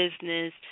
business